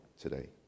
today